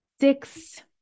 six